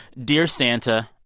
dear santa,